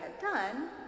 done